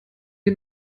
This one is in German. wir